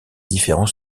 différents